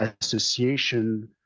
association